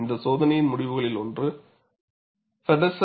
இந்த சோதனையின் முடிவுகளில் ஒன்று ஃபெடெர்சன்